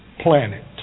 planet